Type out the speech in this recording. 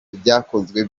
ibyakozwe